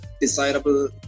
desirable